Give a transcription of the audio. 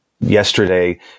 yesterday